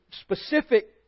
specific